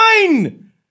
nine